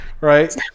right